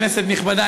כנסת נכבדה,